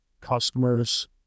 customer's